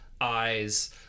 eyes